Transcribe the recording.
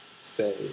say